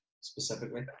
specifically